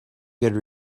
good